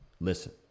listen